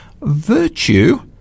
Virtue